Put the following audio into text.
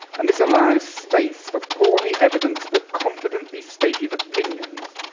and this allows space for poorly evidenced but confidently stated opinions,